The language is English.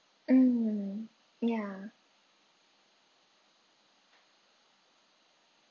mm ya